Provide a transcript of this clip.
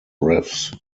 riffs